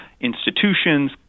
institutions